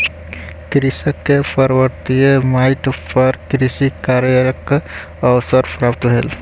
कृषक के पर्वतीय माइट पर कृषि कार्यक अवसर प्राप्त भेल